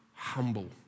humble